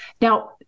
Now